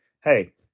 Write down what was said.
hey